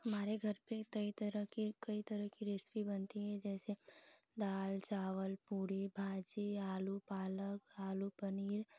हमारे घर पर कई तरह की कई तरह की रेसिपी बनती है जैसे दाल चावल पूरी भाजी आलू पालक आलू पनीर